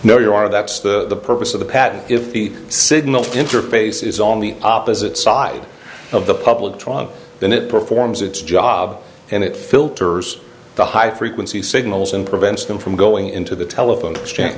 no you are that's the purpose of the patent if the signal to interface is on the opposite side of the public then it performs its job and it filters the high frequency signals and prevents them from going into the telephone exchange